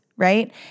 Right